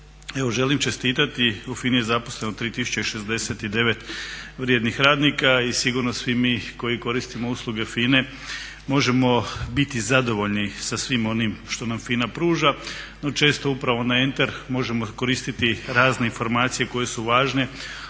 želim čestitati, u FINA-i je zaposleno 3069 vrijednih radnika i sigurno svi mi koji koristimo usluge FINA-e možemo biti zadovoljni sa svim onim što nam FINA pruža, no često upravo onaj enter možemo koristiti razne informacije koje su važne